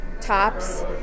tops